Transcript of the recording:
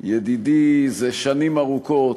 ידידי זה שנים ארוכות,